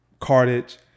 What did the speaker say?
cartage